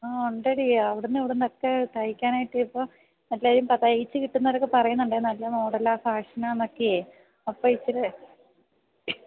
ആ ഉണ്ടെടി അവിടുന്ന് ഇവിടുന്നൊക്കെ തയ്ക്കാനായിട്ട് ഇപ്പോൾ എല്ലാവരും തയ്ച്ചുകിട്ടുന്നവരൊക്കെ പറയുന്നുണ്ട് നല്ല മോഡലാ ഫാഷനാ എന്നൊക്കെ അപ്പം ഇച്ചിരി